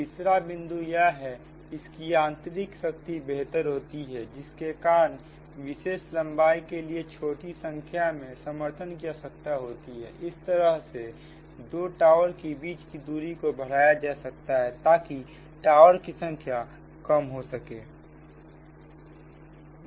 तीसरा बिंदु यह हैइसकी आंतरिक शक्ति बेहतर होती है जिसके कारण विशेष लंबाई के लिए छोटी संख्या में समर्थन की आवश्यकता होती है इस तरह से दो टावर के बीच की दूरी को बढ़ाया जा सकता है ताकि टावर की संख्या कम होगी